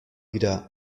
wieder